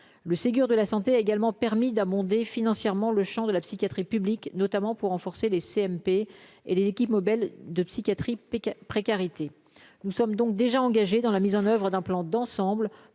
le Ségur de la santé a également permis d'abonder financièrement le Champ de la psychiatrie publique notamment pour renforcer les CMP et les équipes mobiles de psychiatrie Pékin précarité, nous sommes donc déjà engagés dans la mise en oeuvre d'un plan d'ensemble